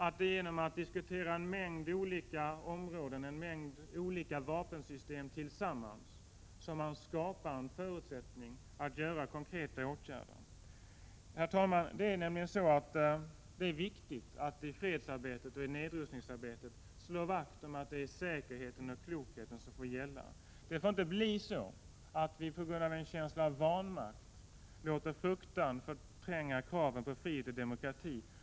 Det är genom att diskutera en mängd olika vapensystem tillsammans som man skapar en förutsättning att göra konkreta åtgärder. Herr talman, det är nämligen så att det är viktigt att i fredsarbetet och nedrustningsarbetet slå vakt om att säkerheten och klokheten får gälla. Det får inte bli så att vi på grund av en känsla av vanmakt låter fruktan förtränga kraven på frihet och demokrati.